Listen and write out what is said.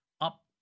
up